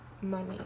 money